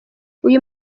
uyu